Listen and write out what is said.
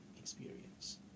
experience